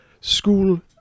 school